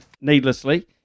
Needlessly